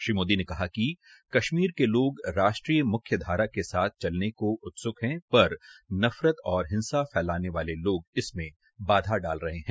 श्री मोदी ने कहा कि कश्मीर के लोग राष्ट्रीय मुख्य धारा के साथ चलने को उत्सुक हैं पर नफरत और हिंसा फैलाने वाले लोग इसमें बाधा डाल रहे हैं